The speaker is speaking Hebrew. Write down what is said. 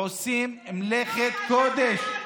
עושים מלאכת קודש,